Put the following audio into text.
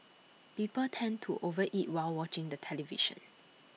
people tend to over eat while watching the television